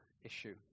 issue